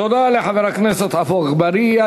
תודה לחבר הכנסת עפו אגבאריה.